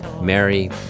Mary